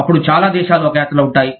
అప్పుడు చాలా దేశాలు ఒక యాత్రలో ఉంటాయి